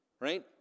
right